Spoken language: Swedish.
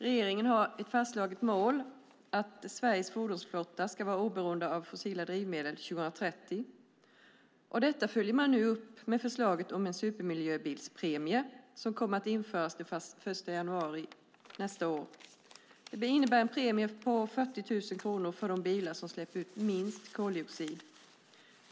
Regeringen har ett fastslaget mål att Sveriges fordonsflotta ska vara oberoende av fossila drivmedel år 2030. Detta följer man nu upp med förslaget om en supermiljöbilspremie som kommer att införas den 1 januari nästa år. Det innebär en premie på 40 000 kronor för de bilar som släpper ut minst koldioxid.